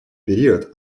период